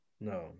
No